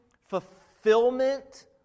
fulfillment